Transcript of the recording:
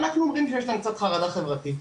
אנחנו אומרים שיש להם קצת חרדה חברתית.